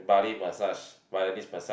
Bali massage Balinese massage